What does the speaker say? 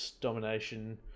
domination